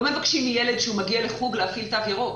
לא מבקשים מילד כשהוא מגיע לחוג להפעיל תו ירוק.